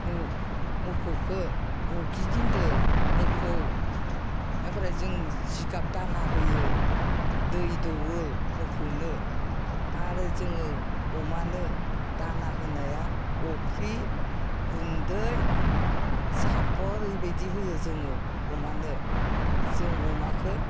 मोसौखौ गिदिंदों मोसौ आमफ्राइ जों जिगाब दाना होयो दै दौवो मोसौनो आरो जोङो अमानो दाना होनाया अफ्रि गुन्दै सापट बेबायदि होयो जोङो अमानो जों अमाखौ